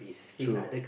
true